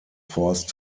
forced